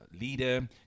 leader